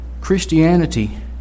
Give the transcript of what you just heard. Christianity